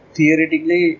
Theoretically